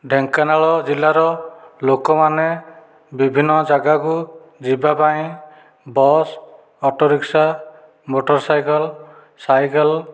ଢେଙ୍କାନାଳ ଜିଲ୍ଲାର ଲୋକମାନେ ବିଭିନ୍ନ ଜାଗାକୁ ଯିବା ପାଇଁ bus autorickshaw motor cycle cycle